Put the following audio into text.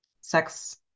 sex